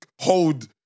hold